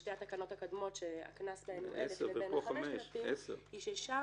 שתי התקנות הקודמות שהקנס בהן הוא 10,000 וכאן 5,000 היא ששם